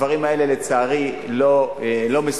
הדברים האלה, לצערי, לא מסודרים.